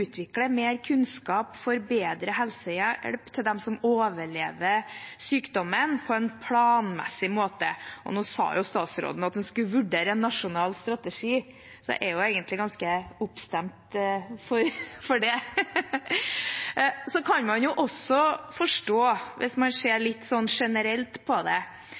mer kunnskap for bedre helsehjelp til dem som overlever sykdommen. Nå sa jo statsråden at han skulle vurdere en nasjonal strategi, så jeg er egentlig ganske oppstemt over det. Man kan jo, hvis man ser litt generelt på det,